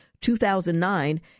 2009